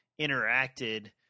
interacted